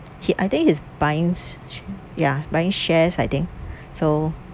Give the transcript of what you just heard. he I think he's buying sh~ ya buying shares I think so